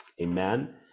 amen